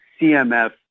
CMF